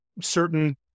certain